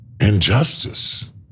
injustice